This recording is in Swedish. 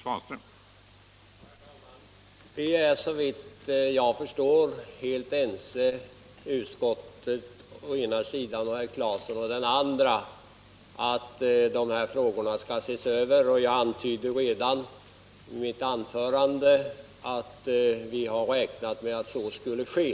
Herr talman! Såvitt jag förstår är utskottet och herr Claeson fullt ense om att dessa frågor skall ses över, och jag antydde ju också i mitt tidigare anförande att vi har räknat med att så kommer att ske.